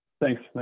Thanks